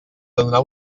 donar